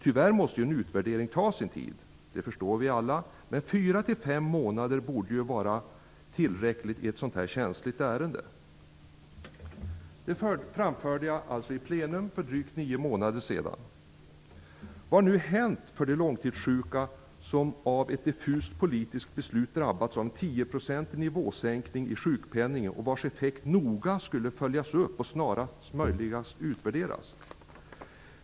Tyvärr måste ju en utvärdering ta sin tid -- det förstår vi alla. Men fyra fem månader borde vara tillräckligt i ett så här känsligt ärende. Detta framförde jag i plenum för drygt nio månader sedan! Vad har då hänt för de långtidssjuka som av ett diffust politiskt beslut har drabbats av en tioprocentig nivåsänkning i sjukpenningen, vars effekt noga skulle följas upp och snarast möjligt utvärderas?